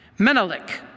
Menelik